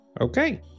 Okay